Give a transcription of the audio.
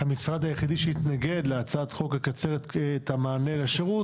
המשרד היחיד שהתנגד להצעת החוק לקצר את המענה לשירות,